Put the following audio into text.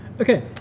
Okay